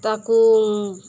ତାକୁ